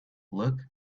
luck